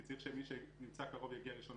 כי צריך שמי שנמצא קרוב יגיע ראשון,